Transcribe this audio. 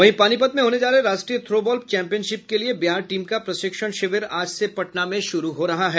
वहीं पानीपत में होने जा रहे राष्ट्रीय थ्रो बॉल चैंपियनशिप के लिये बिहार टीम का प्रशिक्षण शिविर आज से पटना में शुरू हो रहा है